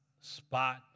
spot